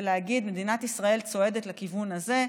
ולהגיד: מדינת ישראל צועדת לכיוון הזה,